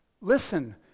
listen